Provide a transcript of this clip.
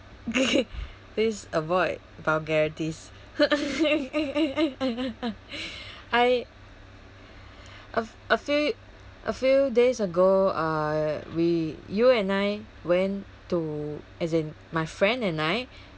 please avoid vulgarities I a f~ a few a few days ago uh we you and I went to as in my friend and I